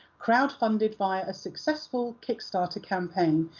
crowdfunded via a successful kickstarter campaign,